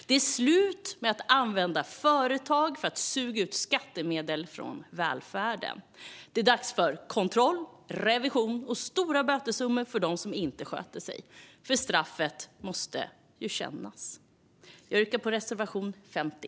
Det är slut med att använda företag för att suga ut skattemedel från välfärden. Det är dags för kontroll, revision och stora bötessummor för dem som inte sköter sig. Straffet måste kännas. Jag yrkar bifall till reservation 50.